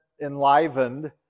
enlivened